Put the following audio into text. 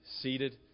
seated